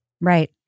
Right